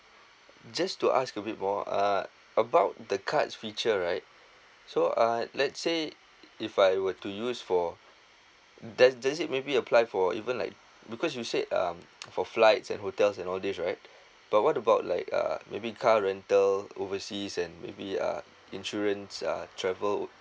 just to ask a bit more uh about the card feature right so uh let's say if I were to use for does does it maybe apply for even like because you said um for flights and hotels and all these right but what about like uh maybe car rental overseas and maybe uh insurance uh travel